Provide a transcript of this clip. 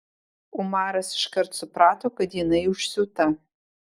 umaras iškart suprato kad jinai užsiūta